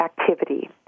activity